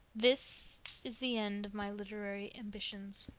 this is the end of my literary ambitions,